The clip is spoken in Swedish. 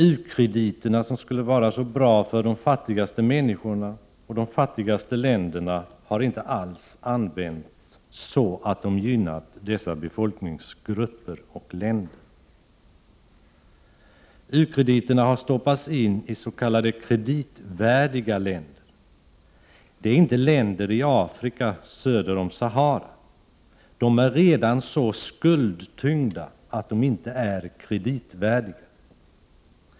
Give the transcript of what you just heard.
U-krediterna, som skulle vara så bra för de fattigaste människorna och de fattigaste länderna, har inte alls använts så att de gynnat dessa befolkningsgrupper och länder. U-krediterna har stoppats ini s.k. kreditvärdiga länder. Det är inte länder i Afrika söder om Sahara. De är redan så 51 skuldtyngda att de inte är kreditvärdiga.